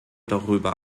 darüber